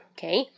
Okay